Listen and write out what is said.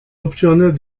opciones